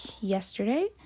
yesterday